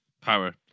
power